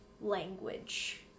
language